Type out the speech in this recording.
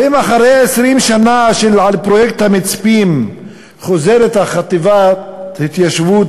ואם אחרי 20 שנה של פרויקט המצפים חוזרת חטיבת ההתיישבות